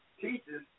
teaches